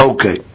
Okay